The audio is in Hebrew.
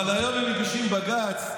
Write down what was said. אבל היום הם מגישים בג"ץ.